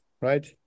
right